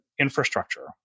infrastructure